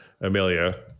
Amelia